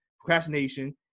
procrastination